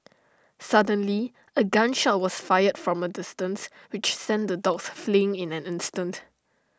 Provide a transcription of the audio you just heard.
suddenly A gun shot was fired from A distance which sent the dogs fleeing in an instant